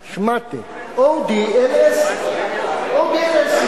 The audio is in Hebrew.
שמאטע, ODLS .